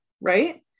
right